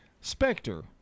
Spectre